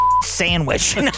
sandwich